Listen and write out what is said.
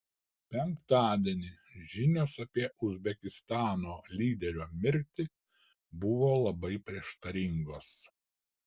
penktadienį žinios apie uzbekistano lyderio mirtį buvo labai prieštaringos